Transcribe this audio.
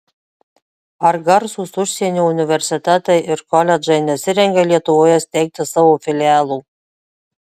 ar garsūs užsienio universitetai ir koledžai nesirengia lietuvoje steigti savo filialų